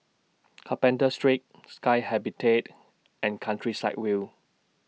Carpenter Street Sky Habitat and Countryside View